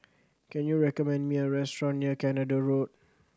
can you recommend me a restaurant near Canada Road